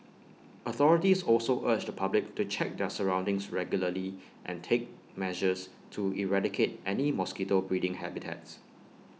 authorities also urge the public to check their surroundings regularly and take measures to eradicate any mosquito breeding habitats